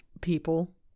people